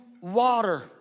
water